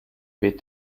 weht